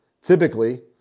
typically